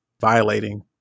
violating